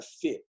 fit